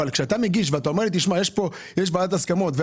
כשאתה מגיש ואומר שיש ועדת הסכמות,